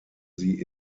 sie